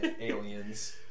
Aliens